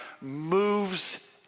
moves